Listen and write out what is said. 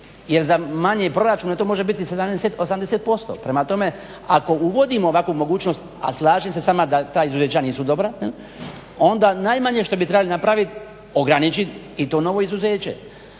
Jer za manje proračune to može biti 80%. Prema tome, ako uvodimo ovakvu mogućnost a slažem se s vama da ta izuzeća nisu dobra, onda najmanje što bi trebali napraviti ograničit i to novo izuzeće.